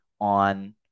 on